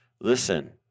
Listen